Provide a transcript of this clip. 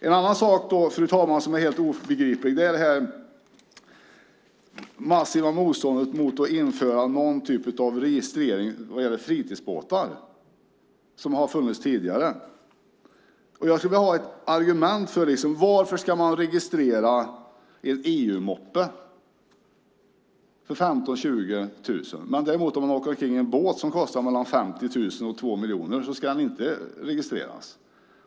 En annan sak som är helt obegriplig är det massiva motståndet mot någon typ av registrering av fritidsbåtar, vilket har funnits tidigare. Jag skulle vilja ha ett argument. Varför ska man registrera en EU-moppe för 15 000-20 000 kronor, medan en båt som kostar mellan 50 000 och 2 miljoner kronor inte ska registreras?